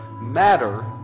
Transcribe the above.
matter